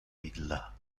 illa